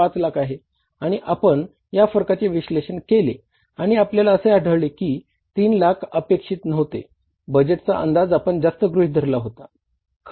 5 लाख आहे आणि आपण या फरकाचे विश्लेषण केले आणि आपल्याला असे आढळले की 3 लाख अपेक्षित नव्हते बजेटचा अंदाज आपण जास्त गृहीत धरला होता